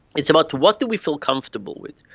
it's about what do we feel comfortable with.